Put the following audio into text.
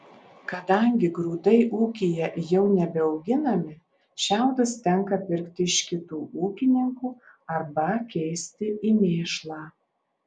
kadangi grūdai ūkyje jau nebeauginami šiaudus tenka pirkti iš kitų ūkininkų arba keisti į mėšlą